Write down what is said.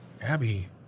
Abby